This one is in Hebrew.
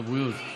לבריאות.